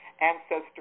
ancestor